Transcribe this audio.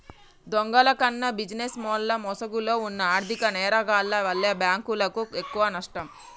దొంగల కన్నా బిజినెస్ మెన్ల ముసుగులో వున్న ఆర్ధిక నేరగాల్ల వల్లే బ్యేంకులకు ఎక్కువనష్టం